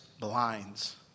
blinds